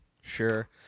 Sure